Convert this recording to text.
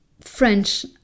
French